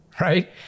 right